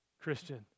Christian